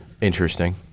Interesting